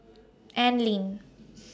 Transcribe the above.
Anlene